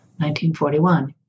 1941